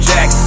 Jack